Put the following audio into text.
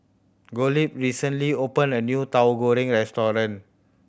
Gottlieb recently opened a new Tahu Goreng restaurant